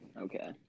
Okay